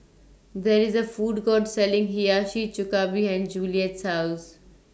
There IS A Food Court Selling Hiyashi Chuka behind Juliette's House